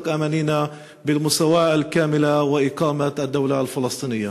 משאלותינו לשוויון מלא ולהקמת המדינה הפלסטינית).